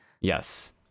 Yes